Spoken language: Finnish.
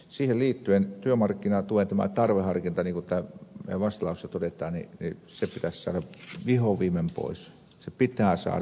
siihen liittyen työmarkkinatuen tarveharkinta niin kuin meidän vastalauseessa todetaan pitäisi saada vihdoin viimein pois se pitää saada